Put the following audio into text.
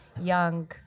young